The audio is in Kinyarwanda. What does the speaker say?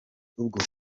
ubwo